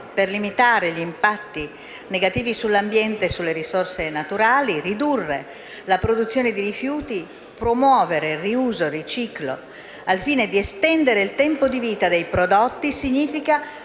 per limitare gli impatti negativi sull'ambiente e sulle risorse naturali, ridurre la produzione di rifiuti e promuovere il riuso e il riciclo al fine di estendere il tempo di vita dei prodotti significa